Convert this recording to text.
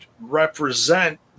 represent